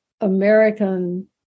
American